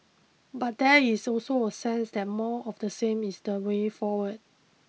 but there is also a sense that more of the same is the way forward